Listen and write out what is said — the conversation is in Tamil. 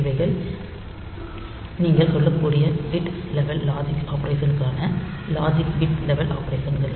இவைகள் நீங்கள் சொல்லக்கூடிய பிட் லெவல் லாஜிக் ஆபரேஷன்களுக்கான லாஜிக் பிட் லெவல் ஆபரேஷன்கள்